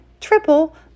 triple